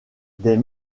des